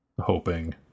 hoping